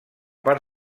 part